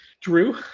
Drew